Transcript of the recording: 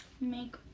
make